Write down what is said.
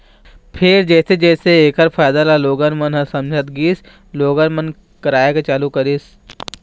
फेर जइसे जइसे ऐखर फायदा ल लोगन मन ह समझत गिस लोगन मन कराए के चालू करिस